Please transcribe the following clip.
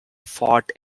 fought